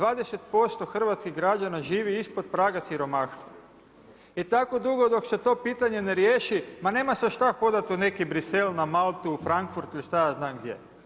20% hrvatskih građana živi ispod praga siromaštva i tako dugo dok se to pitanje ne riješi ma nema se šta hodati u neki Bruxelles, na Maltu u Frankfurt ili šta ja znam gdje.